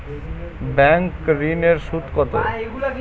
Bank ঋন এর সুদ কত?